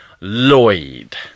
Lloyd